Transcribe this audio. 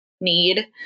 need